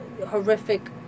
horrific